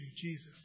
Jesus